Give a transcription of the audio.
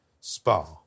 spa